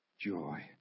joy